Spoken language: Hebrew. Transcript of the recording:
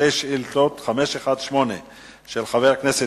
חבר הכנסת